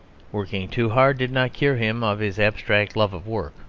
working too hard did not cure him of his abstract love of work.